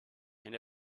and